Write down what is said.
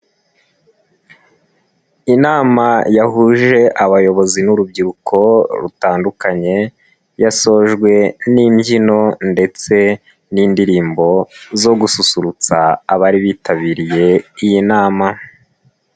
Inama yahuje abayobozi n'urubyiruko rutandukanye, yasojwe n'imbyino ndetse n'indirimbo zo gususurutsa abari bitabiriye iyi nama.